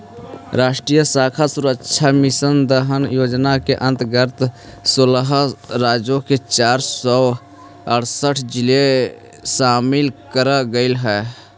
राष्ट्रीय खाद्य सुरक्षा मिशन दलहन योजना के अंतर्गत सोलह राज्यों के चार सौ अरसठ जिले शामिल करल गईल हई